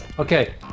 Okay